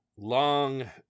Long